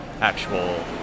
actual